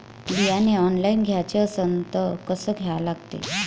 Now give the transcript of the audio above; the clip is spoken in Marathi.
बियाने ऑनलाइन घ्याचे असन त कसं घ्या लागते?